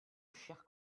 chers